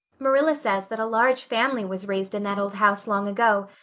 marilla says that a large family was raised in that old house long ago,